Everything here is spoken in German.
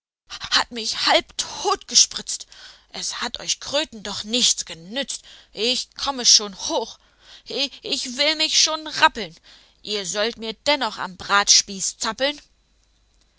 hat er mich auch halbtot gespritzt es hat euch kröten doch nichts genützt ich komme schon hoch ich will mich schon rappeln ihr sollt mir dennoch am bratspieß zappeln